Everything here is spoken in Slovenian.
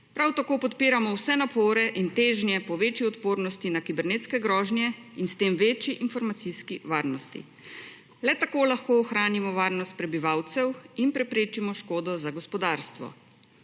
Prav tako podpiramo vse napore in težnje po večji odpornosti na kibernetske grožnje in s tem večji informacijski varnosti. Le tako lahko ohranimo varnost prebivalcev in preprečimo škodo za gospodarstvo.